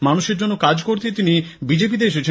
মানুষের জন্য কাজ করতেই তিনি বিজেপিতে এসেছেন